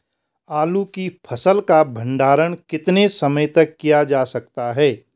आलू की फसल का भंडारण कितने समय तक किया जा सकता है?